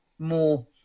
more